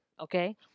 okay